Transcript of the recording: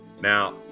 Now